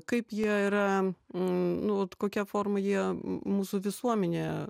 kaip jie yra nu vat kokia forma jie mūsų visuomenę